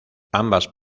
ambas